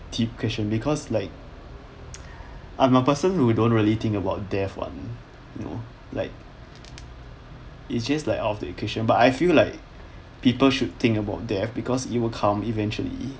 deep question because like I'm a person who don't really think about death [one] you know like it's just like out of the equation but I feel like people should think about death because it will come eventually